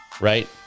right